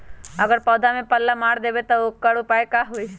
अगर पौधा में पल्ला मार देबे त औकर उपाय का होई?